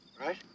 Right